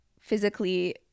physically